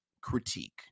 critique